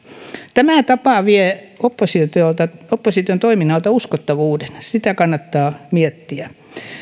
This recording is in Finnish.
tämä tapa vie opposition toiminnalta uskottavuuden sitä kannattaa miettiä